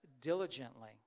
diligently